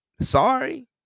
Sorry